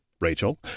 Rachel